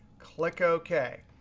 click ok.